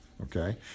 okay